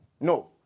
No